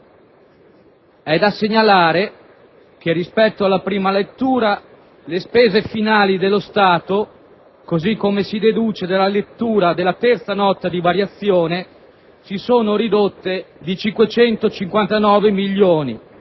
È da segnalare che rispetto alla prima lettura le spese finali dello Stato, così come si deduce dalla lettura della terza Nota di variazioni, si sono ridotte di 559 milioni